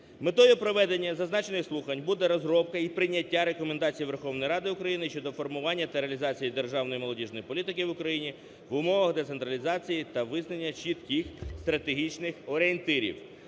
Метою проведення зазначених слухань буде розробка і прийняття Рекомендацій Верховної Ради України щодо формування та реалізації державної молодіжної політики в Україні в умовах децентралізації та визнання чітких стратегічних орієнтирів